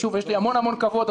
יש לי המון-המון כבוד,